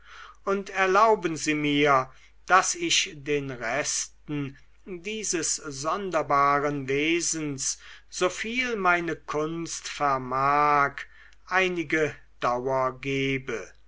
und erlauben sie mir daß ich den resten dieses sonderbaren wesens soviel meine kunst vermag einige dauer gebe